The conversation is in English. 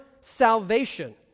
salvation